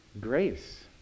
grace